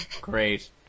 Great